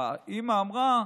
האימא אמרה: